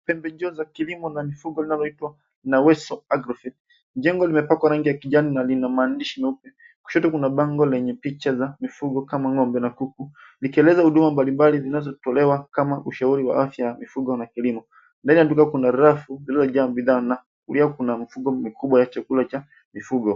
Pembejio za kilimo za mifugo zinazoitwa naweso aggrovet. Jengo limepakwa rangi ya kijani na lina maandishi meupe. Kushoto kuna bango la picha za mifugo kama vile ng'ombe na kuku likieleza huduma mbalimbali zinazotolewa kama ushauri wa afya, mifugo na kilimo. Mbele ya duka kuna rafu iliyojaa bidhaa na pia kuna mifuko mikubwa ya chakula cha mifugo.